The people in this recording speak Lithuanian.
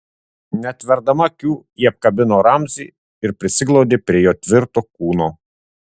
neatverdama akių ji apkabino ramzį ir prisiglaudė prie jo tvirto kūno